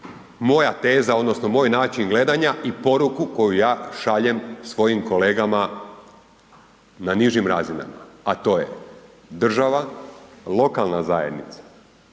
moja teza odnosno moj način gledanja i poruku koju ja šaljem svojim kolegama na nižim razinama a to je država, lokalna zajednica